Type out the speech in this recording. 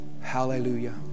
Hallelujah